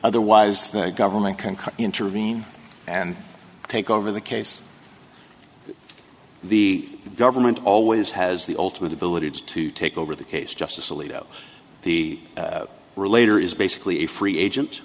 otherwise the government can intervene and take over the case the government always has the ultimate ability to take over the case justice alito the relator is basically a free agent